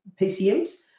PCMs